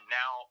now